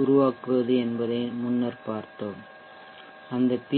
உருவாக்குவது என்பதை முன்னர் பார்த்தோம் அந்த பி